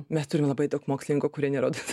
mes turime labai daug mokslininkų kurie nerodo